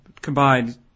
combined